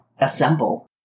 assemble